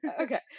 Okay